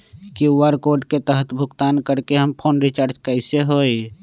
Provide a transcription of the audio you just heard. QR code के तहद भुगतान करके हम फोन रिचार्ज कैसे होई?